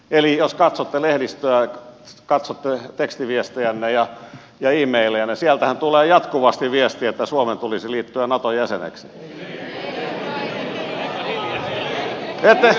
eli jos katsotte lehdistöä katsotte tekstiviestejänne ja e mailejanne sieltähän tulee jatkuvasti viestiä että suomen tulisi liittyä naton jäseneksi